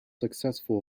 successful